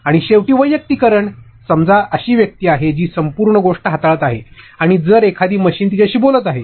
आणि शेवटी वैयक्तिकरण समजा अशी व्यक्ती आहे जी संपूर्ण गोष्ट हाताळत आहे आणि जर एखादी मशीन तिच्याशी बोलत आहे